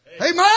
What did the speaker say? Amen